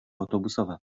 autobusowe